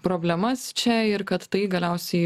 problemas čia ir kad tai galiausiai